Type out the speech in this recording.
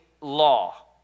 law